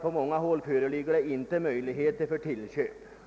På många håll föreligger inte möjligheter till tillköp.